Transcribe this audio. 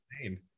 insane